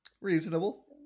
Reasonable